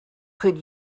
could